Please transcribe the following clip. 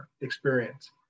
experience